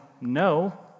no